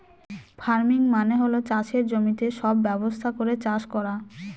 farming মানে হল চাষের জমিতে সব ব্যবস্থা করে চাষ করা